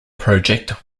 project